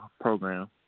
program